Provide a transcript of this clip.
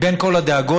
מבין כל הדאגות,